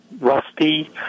rusty